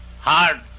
hard